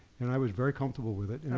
and i was very comfortable with it.